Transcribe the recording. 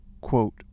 quote